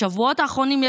בשבועות האחרונים,